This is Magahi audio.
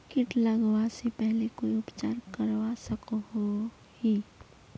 किट लगवा से पहले कोई उपचार करवा सकोहो ही?